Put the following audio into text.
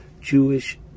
Jewish